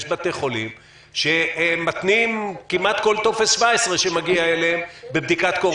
יש בתי חולים שמתנים כמעט כל טופס 17 שמגיע אליהם בבדיקת קורונה.